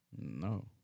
No